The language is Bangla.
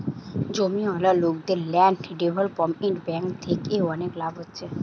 জমিওয়ালা লোকদের ল্যান্ড ডেভেলপমেন্ট বেঙ্ক থিকে অনেক লাভ হচ্ছে